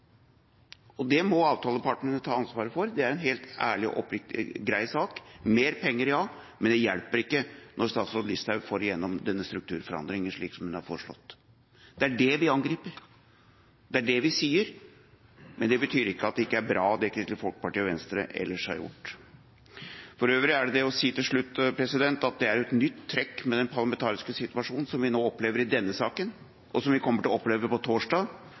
alvorligste. Det må avtalepartnerne ta ansvaret for. Det er en helt ærlig, oppriktig og grei sak. Det er mer penger, ja, men det hjelper ikke når statsråd Listhaug får gjennom denne strukturforandringa, slik som hun har foreslått. Det er det vi angriper, det er det vi sier, men det betyr ikke at det Kristelig Folkeparti og Venstre ellers har gjort, ikke er bra. For øvrig er det det å si til slutt at det er et nytt trekk ved den parlamentariske situasjonen som vi nå opplever i denne saken, og som vi kommer til å oppleve på torsdag,